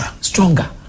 stronger